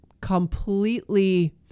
completely